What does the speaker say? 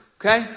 Okay